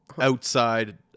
outside